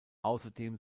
außerdem